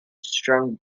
shrunk